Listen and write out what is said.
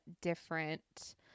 different